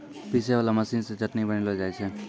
पीसै वाला मशीन से चटनी बनैलो जाय छै